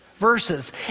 verses